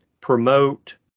promote